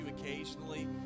occasionally